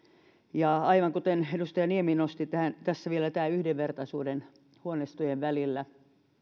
ja edustaja niemi nosti esille vielä tämän yhdenvertaisuuden huoneistojen välillä